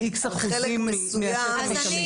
על איקס אחוזים מהשטח השמיש.